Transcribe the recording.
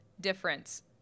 difference